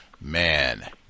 Man